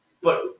But-